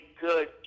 good